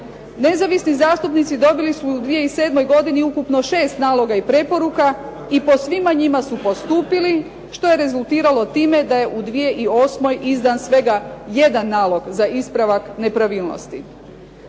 Nezavisni zastupnici dobili su u 2007. godini ukupno 6 naloga i preporuka, i po svima njima su postupili, što je rezultiralo time da je u 2008. izdan svega jedan nalog za ispravak nepravilnosti.